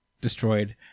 destroyed